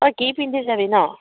অই কি পিন্ধি যাবি ন